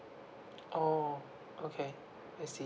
oh okay I see